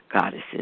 goddesses